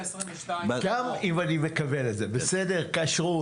גם אם אני מקבל את זה כשרות,